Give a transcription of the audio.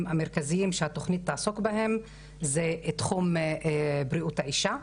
המרכזיים שהתוכנית תעסוק בהם זה תחום בריאות האישה,